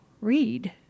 read